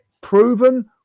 proven